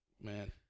Man